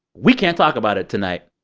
we can't talk about it tonight.